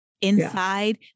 inside